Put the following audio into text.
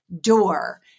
door